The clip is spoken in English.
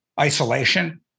Isolation